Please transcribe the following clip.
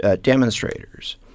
demonstrators